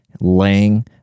laying